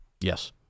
Yes